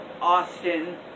Austin